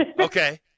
Okay